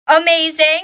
Amazing